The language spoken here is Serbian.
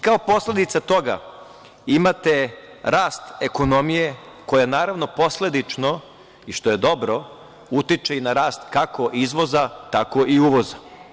Kao posledica toga imate rast ekonomije, koja naravno, posledično, i što je dobro, utiče i na rast kako izvoza, tako i uvoza.